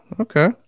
Okay